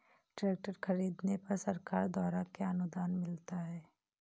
Tractor खरीदने पर सरकार द्वारा क्या अनुदान मिलता है?